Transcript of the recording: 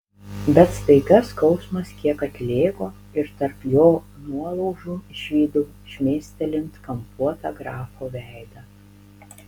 bet staiga skausmas kiek atlėgo ir tarp jo nuolaužų išvydau šmėstelint kampuotą grafo veidą